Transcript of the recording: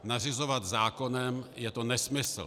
Nařizovat to zákonem je nesmysl.